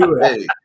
Hey